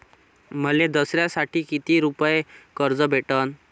मले दसऱ्यासाठी कितीक रुपये कर्ज भेटन?